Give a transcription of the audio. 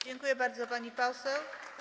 Dziękuję bardzo, pani poseł.